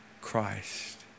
Christ